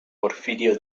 porfirio